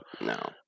No